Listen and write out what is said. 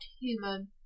human